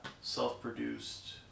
self-produced